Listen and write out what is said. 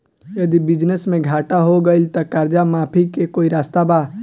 यदि बिजनेस मे घाटा हो गएल त कर्जा माफी के कोई रास्ता बा?